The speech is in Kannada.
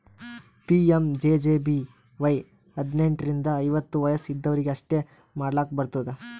ಪಿ.ಎಮ್.ಜೆ.ಜೆ.ಬಿ.ವೈ ಹದ್ನೆಂಟ್ ರಿಂದ ಐವತ್ತ ವಯಸ್ ಇದ್ದವ್ರಿಗಿ ಅಷ್ಟೇ ಮಾಡ್ಲಾಕ್ ಬರ್ತುದ